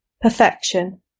perfection